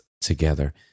together